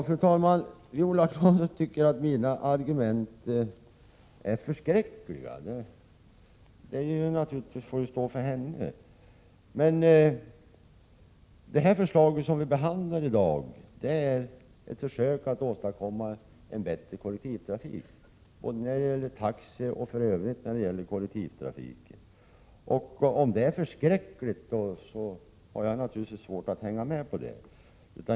Fru talman! Viola Claesson tycker att mina argument är förskräckliga. Det får naturligtvis stå för henne, men det förslag som vi behandlar i dag är ett försök att åstadkomma en bättre kollektivtrafik när det gäller taxi och även övriga delar av kollektivtrafiken. Om detta betecknas som förskräckligt, så har jag svårt att hänga med.